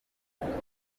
burundu